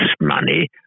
money